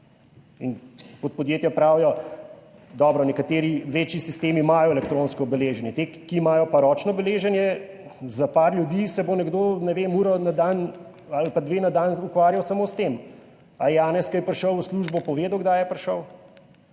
in kot podjetja pravijo, dobro, nekateri večji sistemi imajo elektronsko obeleženje, ti, ki imajo pa ročno beleženje za par ljudi, se bo nekdo, ne vem, uro na dan ali pa dve na dan ukvarjal samo s tem, ali je Janez kaj prišel v službo, povedal, kdaj je prišel,